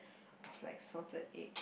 of like salted egg